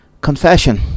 confession